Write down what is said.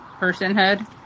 personhood